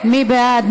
מי בעד?